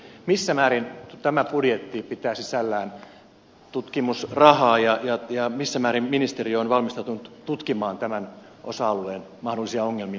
missä määrin tämä budjetti pitää sisällään tutkimusrahaa ja missä määrin ministeriö on valmistautunut tutkimaan tämän osa alueen mahdollisia ongelmia